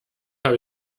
habe